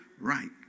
right